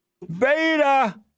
beta